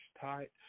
tight